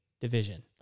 division